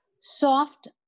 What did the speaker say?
soft